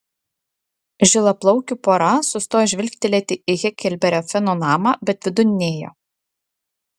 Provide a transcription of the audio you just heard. žilaplaukių pora sustojo žvilgtelėti į heklberio fino namą bet vidun nėjo